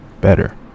better